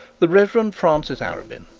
the reverend francis arabin,